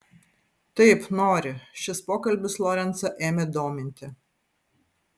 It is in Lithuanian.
taip nori šis pokalbis lorencą ėmė dominti